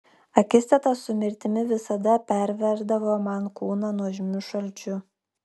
akistata su mirtimi visada perverdavo man kūną nuožmiu šalčiu